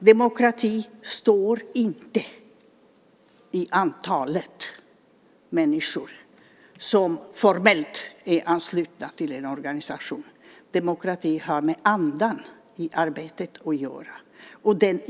Demokrati står inte att läsa i antalet människor som formellt är anslutna till en organisation, utan demokrati har med andan i arbetet att göra.